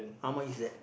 how much is that